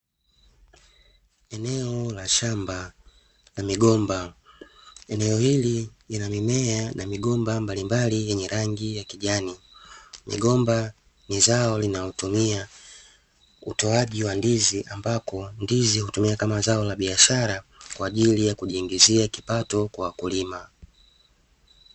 Eneo la shamba la migomba, eneo hili lina mimea na migomba mbalimbali yenye rangi ya kijani. Migomba ni zao linalotumia utoaji wa ndizi ambako, ndizi hutumika kama zao la biashara kwa ajili ya kujiingizia kipato kwa wakulima.